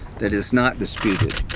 it is not disputed,